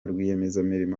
rwiyemezamirimo